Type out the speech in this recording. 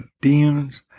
demons